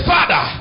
Father